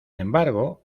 embargo